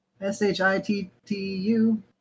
S-H-I-T-T-U